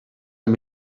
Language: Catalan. amb